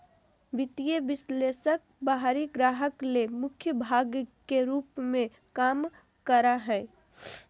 वित्तीय विश्लेषक बाहरी ग्राहक ले मुख्य भाग के रूप में काम करा हइ